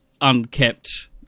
unkept